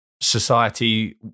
society